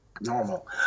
normal